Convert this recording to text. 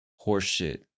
horseshit